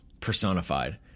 personified